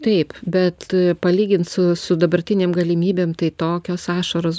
taip bet palygint su su dabartinėm galimybėm tai tokios ašaros